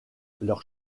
leurs